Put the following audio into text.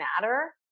matter